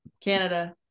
Canada